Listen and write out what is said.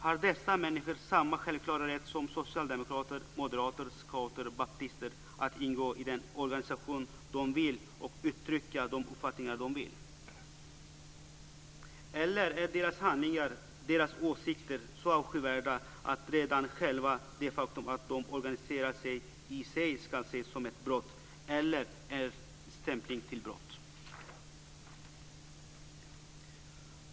Har dessa människor samma självklara rätt som socialdemokrater, moderater, scouter och baptister att ingå i den organisation de vill och uttrycka de uppfattningar de vill? Eller är deras handlingar, deras åsikter, så avskyvärda att redan det faktum att de organiserar sig i sig ska ses som ett brott eller en stämpling till brott?